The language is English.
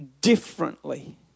differently